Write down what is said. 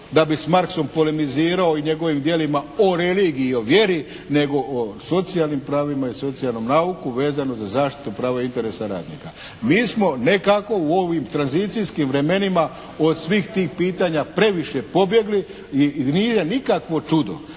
da bi s Marksom polemizirao i njegovim djelima o religiji i o vjeri, nego o socijalnim pravima i socijalnom nauku vezano za zaštitu prava interesa radnika. Mi smo nekako u ovim tranzicijskim vremenima od svih tih pitanja previše pobjegli i nije nikakvo čudo